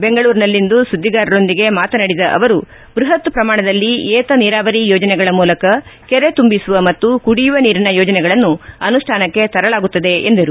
ಬೆಂಗಳೂರಿನಲ್ಲಿಂದು ಸುದ್ದಿಗಾರರೊಂದಿಗೆ ಮಾತನಾಡಿದ ಅವರು ಬೃಹತ್ ಪ್ರಮಾಣದಲ್ಲಿ ಏತ ನೀರಾವರಿ ಯೋಜನೆಗಳ ಮೂಲಕ ಕೆರೆ ತುಂಬಿಸುವ ಮತ್ತು ಕುಡಿಯುವ ನೀರಿನ ಯೋಜನೆಗಳನ್ನು ಅನುಷ್ಠಾನಕ್ಕೆ ತರಲಾಗುತ್ತದೆ ಎಂದರು